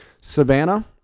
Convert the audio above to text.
Savannah